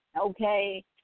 okay